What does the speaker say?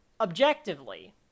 objectively